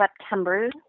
september